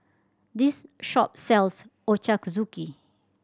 this shop sells Ochazuke